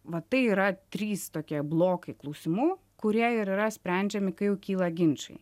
va tai yra trys tokie blokai klausimų kurie ir yra sprendžiami kai jau kyla ginčai